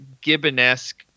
gibbon-esque